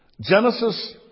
Genesis